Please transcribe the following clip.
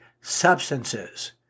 substances